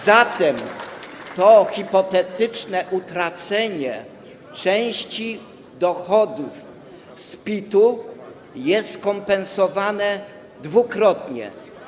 Zatem ta hipotetyczna utrata części dochodów z PIT-u jest kompensowana dwukrotnie.